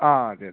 ആ അതെ അതെ